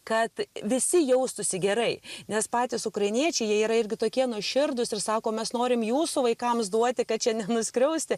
kad visi jaustųsi gerai nes patys ukrainiečiai jie yra irgi tokie nuoširdūs ir sako mes norim jūsų vaikams duoti kad čia nenuskriausti